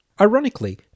Ironically